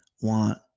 want